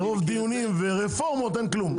מרוב דיונים ורפורמות אין כלום.